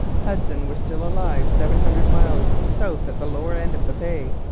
hudson were still alive seven hundred miles south at the lower end of the bay,